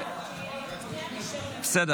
חבר